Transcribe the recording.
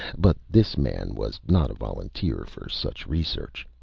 but this man was not a volunteer for such research.